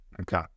Okay